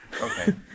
okay